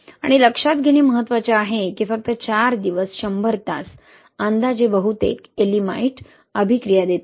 आणि लक्षात घेणे महत्वाचे आहे की फक्त 4 दिवस 100 तास अंदाजे बहुतेक येएलिमाइट अभिक्रिया देतात